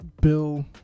Bill